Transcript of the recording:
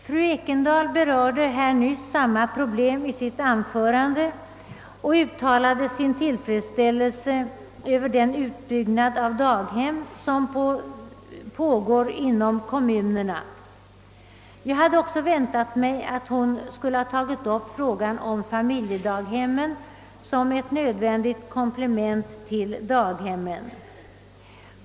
Fru Ekendahl berörde nyss i sitt anförande samma problem och uttalade sin tillfredsställelse över den utbyggnad av daghem som pågår inom kommunerna. Jag hade också väntat mig att hon skulle ha tagit upp frågan om familjedaghemmen som ett nödvändigt komplement till daghemmen.